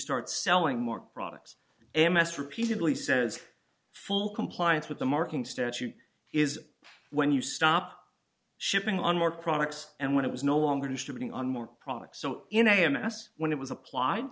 start selling more products m s repeatedly says full compliance with the marking statute is when you stop shipping on more products and when it was no longer to bring on more products so in a m s when it was applied